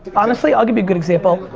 honestly, i'll give you a good example.